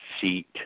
seat